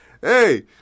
Hey